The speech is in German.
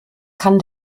kann